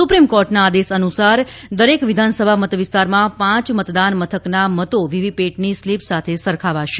supreme કોર્ટના આદેશ અનુસાર દરેક વિધાનસભા મતવિસ્તારમાં પાંચ મતદાન મથકના મતો વીવીપેટની સ્લીપ સાથે સરખાવશે